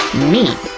me.